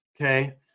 okay